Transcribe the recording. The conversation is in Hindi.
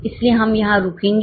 इसलिए हम यहां रुकेंगे